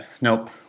nope